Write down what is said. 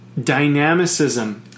dynamicism